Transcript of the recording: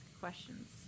questions